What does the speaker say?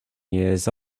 years